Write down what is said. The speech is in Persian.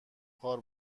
خوار